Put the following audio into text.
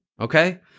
Okay